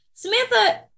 Samantha